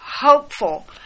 hopeful